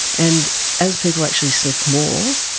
and as people actually sniffed more,